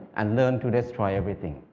and learn to destroy everything.